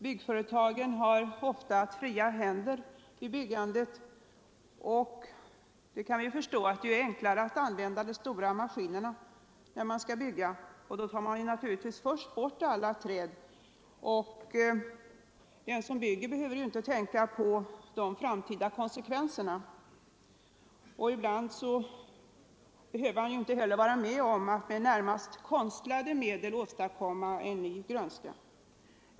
Byggföretagen har ofta haft fria händer vid byggandet, och det har självfallet varit enklare för dem att använda de stora maskinerna i byggnadsverksamheten och då först ta bort alla träd inom byggområdet. Den som bygger behöver ju inte tänka på de framtida konsekvenserna. Ibland behöver vederbörande inte heller medverka till att, som ofta sker, med konstlade medel åstadkomma en ny grönska.